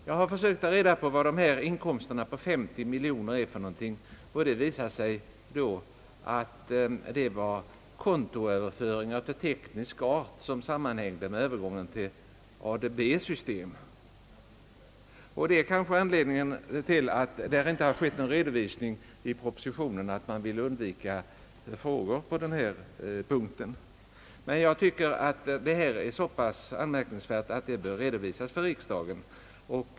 Jag har försökt ta reda på vad dessa inkomster på drygt 50 miljoner är för något och fått den förklaringen att de bestod av kontoöverföringar av teknisk art som sammanhängde med övergången till ADB-system. Anledningen till att det inte finns någon redovisning i propositionen är kanske att man velat undvika frågor på denna punkt. Men jag tycker att saken är så pass anmärkningsvärd att den bör redovisas för riksdagen.